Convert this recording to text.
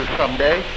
someday